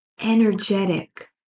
energetic